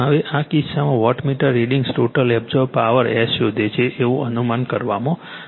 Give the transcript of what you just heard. હવે આ કિસ્સામાં wattmeter readings total absorb power s શોધે છે એવું અનુમાન કરવામાં આવે છે